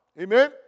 Amen